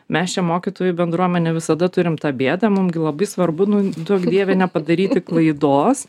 mes čia mokytojų bendruomenė visada turim tą bėdą mum gi labai svarbu nu duok dieve nepadaryti klaidos